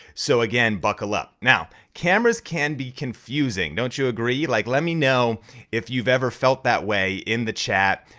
so again, buckle up. now, cameras can be confusing, don't you agree? like let me know if you've ever felt that way in the chat.